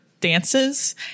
dances